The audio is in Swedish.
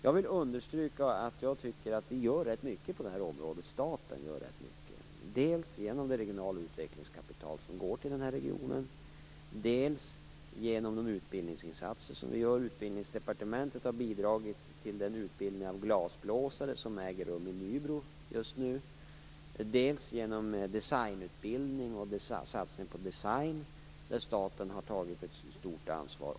Jag vill understryka att staten gör rätt mycket på det här området dels genom det regionala utvecklingskapital som går till regionen, dels genom de utbildningsinsatser som görs - Utbildningsdepartementet har bidragit till den utbildning av glasblåsare som just nu äger rum i Nybro - och dels genom designutbildning och en satsning på design. Där har staten tagit ett stort ansvar.